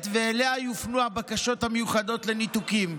ואליה יופנו הבקשות המיוחדות לניתוקים.